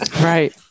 Right